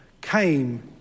came